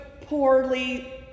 poorly